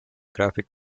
graphic